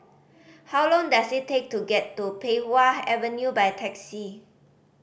how long does it take to get to Pei Wah Avenue by taxi